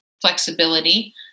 flexibility